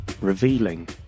revealing